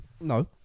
No